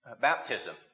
Baptism